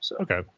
Okay